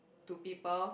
to people